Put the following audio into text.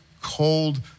cold